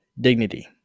dignity